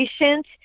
patient